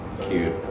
Cute